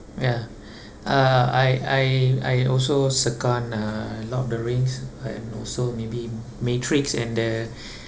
ya uh I I I also uh lord of the rings I'm also maybe matrix and the